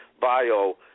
bio